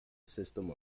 system